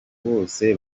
bose